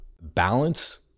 balance